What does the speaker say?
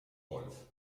wolf